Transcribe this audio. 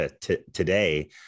today